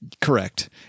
Correct